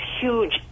huge